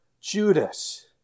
Judas